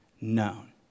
known